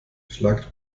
schlagt